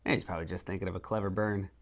he's probably just thinkin' of a clever burn,